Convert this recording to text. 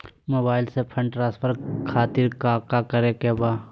Mobile से fund transfer खातिर काका करे के बा?